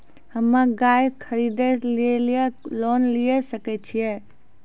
हम्मे गाय खरीदे लेली लोन लिये सकय छियै?